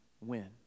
win